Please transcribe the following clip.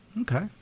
Okay